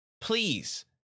Please